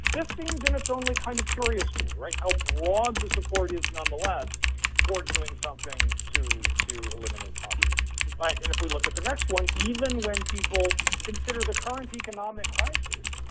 this seems, and it's only kind of curious to me, right, how broad the support is nonetheless for doing something to to eliminate poverty. like and if we look at the next one, even when people consider the current economic crisis,